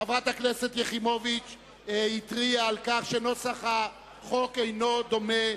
חברת הכנסת יחימוביץ התריעה על כך שנוסח החוק אינו דומה,